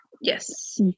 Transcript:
yes